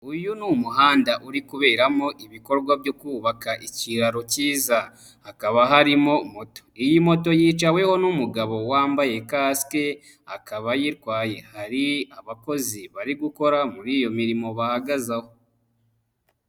Uyu ni umuhanda uri kuberamo ibikorwa byo kubaka ikiraro cyiza, hakaba harimo moto. Iyi moto yicaweho n'umugabo wambaye kasike akaba ayitwaye, hari abakozi bari gukora muri iyo mirimo bahagaze aho.